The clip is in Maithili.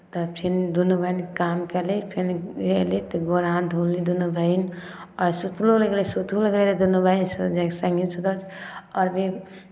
तऽ फेर दुनू बहीन काम कयली फेर अयली तऽ गोर हाथ धोली दूनू बहीन आ सुतबो जे कयली सुतबो कयली दुनू बहीन रोज एक सङ्गे सूतल आओर भी